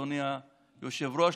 אדוני היושב-ראש,